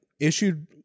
issued